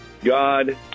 God